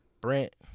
Brent